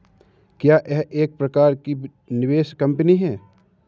क्या यह एक प्रकार की निवेश कंपनी है?